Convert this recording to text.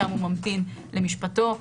שם הוא ממתין למשפטו.